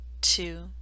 two